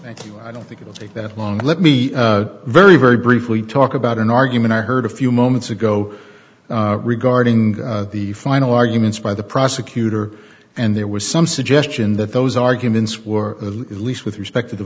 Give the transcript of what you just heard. thank you i don't think it will take that long let me very very briefly talk about an argument i heard a few moments ago regarding the final arguments by the prosecutor and there was some suggestion that those arguments were at least with respect to the